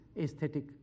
aesthetic